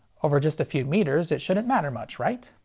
over just a few meters it shouldn't matter much, right?